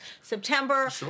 September